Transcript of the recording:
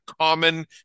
common